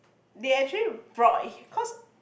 they actually brought it cause